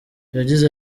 yagize